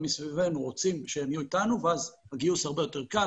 מסביבנו רוצים שהם יהיו איתנו ואז הגיוס הרבה יותר קל,